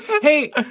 Hey